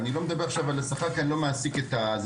אני לא מדבר עכשיו על השכר כי אני לא זה שמעסיק את הנאמנות.